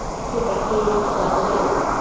could that be more collaborative?